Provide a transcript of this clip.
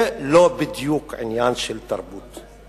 זה לא בדיוק עניין של תרבות.